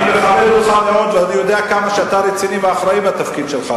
אני מכבד אותך מאוד ואני יודע כמה אתה רציני ואחראי בתפקיד שלך,